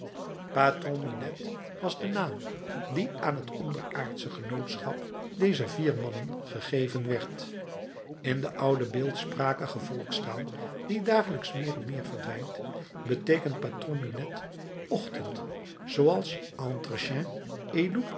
patron minette was de naam die aan het onderaardsche genootschap dezer vier mannen gegeven werd in de oude beeldsprakige volkstaal die dagelijks meer en meer verdwijnt beteekent patron minette ochtend zooals entre